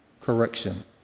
Correction